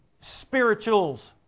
spirituals